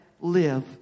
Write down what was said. live